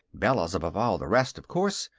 bella's above all the rest, of course,